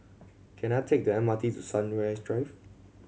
can I take the M R T to Sunrise Drive